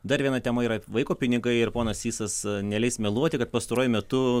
dar viena tema yra vaiko pinigai ir ponas sysas neleis meluoti kad pastaruoju metu